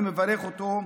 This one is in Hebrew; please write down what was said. אני מברך אותו.